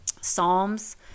Psalms